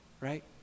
right